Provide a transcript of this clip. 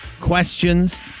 questions